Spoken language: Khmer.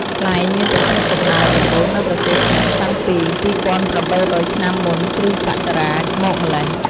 ខ្លែងមានប្រភពកំណើតដំបូងនៅប្រទេសចិន តាំងពី២៨០០ឆ្នាំមុន គ្រិស្ដសករាជ មកម្ល៉េះ។